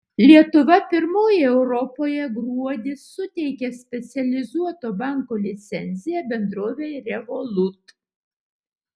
lietuva pirmoji europoje gruodį suteikė specializuoto banko licenciją bendrovei revolut